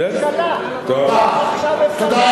היא אמרה שזאת היתה מדיניות הממשלה תודה.